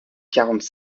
quarante